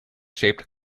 shaped